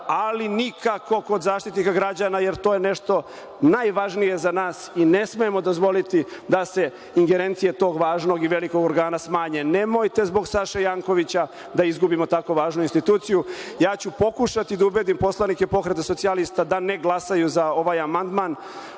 ali nikako kod Zaštitnika građana, jer to je nešto najvažnije za nas i ne smemo dozvoliti da se ingerencije tog važnog i velikog organa smanje. Nemojte zbog Saše Jankovića da izgubimo tako važnu instituciju. Ja ću pokušati da ubedim poslanike Pokreta socijalista da ne glasaju za ovaj amandman.